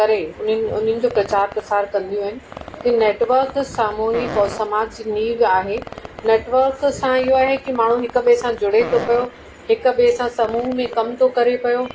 करे उन्हनि उन्हनि जो प्रचार प्रसार कंदियूं आहिनि कि नेटवर्क सामूहिक और समाज जी नींव आहे नेटवर्क सां इहो आहे कि माण्हू हिक ॿिए सां जुड़े थो पियो हिक ॿिए सां समूह में कम थो करे पयो